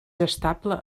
estable